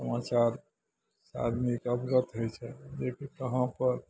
समाचार सँ आदमीके अवगत होइ छै जेकी कहाँपर